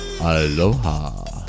aloha